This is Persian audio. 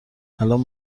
الان